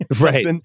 Right